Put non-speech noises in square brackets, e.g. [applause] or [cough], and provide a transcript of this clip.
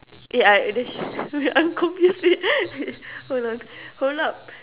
eh I wait [laughs] I'm confused wait hold on hold up